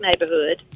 neighborhood